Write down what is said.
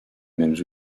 mêmes